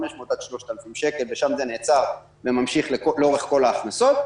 עד 3,000 שקל ושם זה נעצר וממשיך לאורך כל ההכנסות.